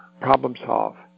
problem-solve